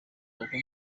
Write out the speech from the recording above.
bakobwa